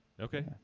Okay